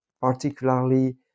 particularly